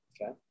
Okay